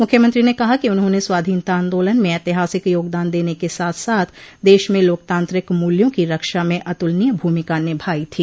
मुख्यमंत्री ने कहा कि उन्होंन स्वाधीनता आन्दोलन में ऐतिहासिक योगदान देने के साथ साथ देश में लोकतांत्रिक मूल्यों की रक्षा में अत् लनीय भूमिका निभायी थी